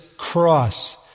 cross